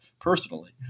personally